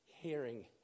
hearing